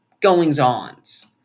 goings-ons